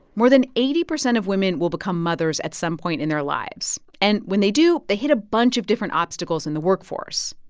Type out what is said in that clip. more than eighty percent of women will become mothers at some point in their lives. and when they do, they hit a bunch of different obstacles in the workforce,